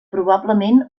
probablement